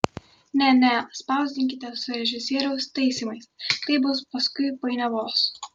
ne ne spausdinkite su režisieriaus taisymais taip bus paskui painiavos